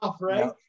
right